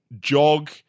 jog